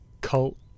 cult